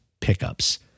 pickups